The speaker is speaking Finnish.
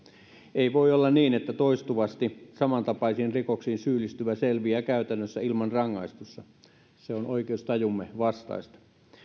ei voi olla niin että toistuvasti samantapaisiin rikoksiin syyllistyvä selviää käytännössä ilman rangaistusta se on oikeustajumme vastaista